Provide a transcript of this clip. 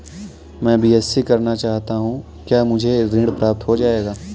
मैं बीएससी करना चाहता हूँ क्या मुझे ऋण प्राप्त हो जाएगा?